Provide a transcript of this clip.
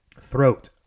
throat